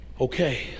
okay